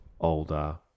older